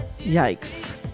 yikes